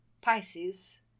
Pisces